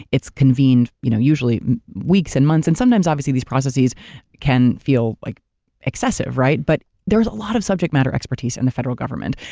it's convened you know usually weeks and months and sometimes obviously these processes can feel like excessive. but there's a lot of subject matter expertise in the federal government.